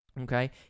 Okay